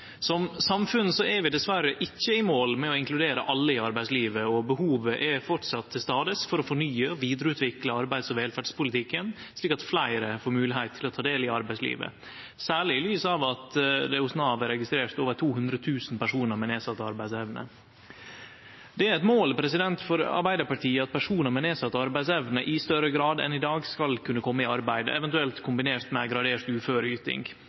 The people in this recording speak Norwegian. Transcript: Som samfunn er vi dessverre ikkje i mål med å inkludere alle i arbeidslivet, og behovet er framleis til stades for å fornye og vidareutvikle arbeids- og velferdspolitikken, slik at fleire får moglegheit til å ta del i arbeidslivet – særleg i lys av at det hos Nav er registrert over 200 000 personar med nedsett arbeidsevne. Det er eit mål for Arbeidarpartiet at personar med nedsett arbeidsevne i større grad enn i dag skal kunne kome i arbeid, eventuelt kombinert med ei gradert uføreyting.